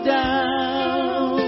down